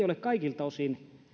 ole kaikilta osin